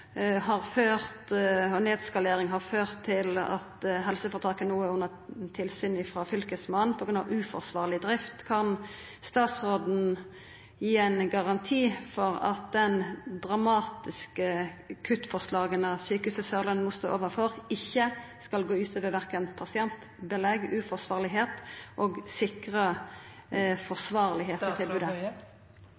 og nedskalering har ført til at helseføretaket no er under tilsyn frå Fylkesmannen på grunn av uforsvarleg drift – kan statsråden gi ein garanti for at dei dramatiske kuttforslaga Sørlandet sjukehus no står overfor, ikkje skal gå ut over verken pasient eller belegg og